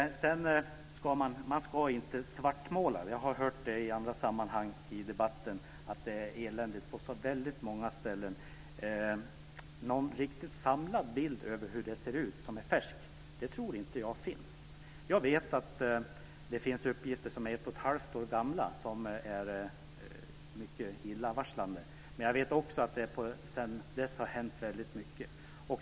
Jag har i andra sammanhang fått höra att man inte ska svartmåla. Jag har i debatter på andra håll fått höra att det är eländigt ställt i många avseenden. Jag tror inte att det finns någon riktigt samlad bild av färskt datum. Det finns ett och ett halvt år gamla uppgifter som är mycket illavarslande, men det har sedan dessa kom fram hänt väldigt mycket.